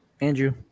andrew